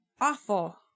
awful